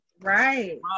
Right